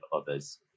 others